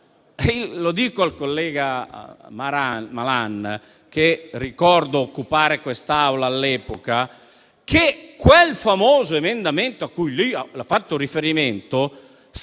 dire al collega Malan, che ricordo occupare quest'Aula all'epoca, che quel famoso emendamento a cui ha fatto riferimento scattò